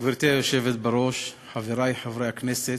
גברתי היושבת בראש, חברי חברי הכנסת,